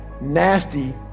nasty